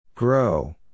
Grow